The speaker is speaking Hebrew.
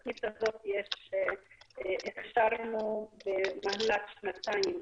בתוכנית הזאת הכשרנו במהלך שנתיים